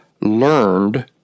learned